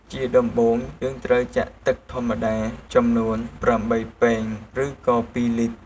ជាដំំបូងយើងត្រូវចាក់ទឹកធម្មតាចំនួន ៨ពែង ឬក៏២លីត្រ